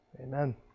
Amen